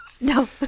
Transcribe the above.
No